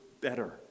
better